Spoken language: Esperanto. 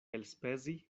elspezi